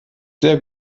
sehr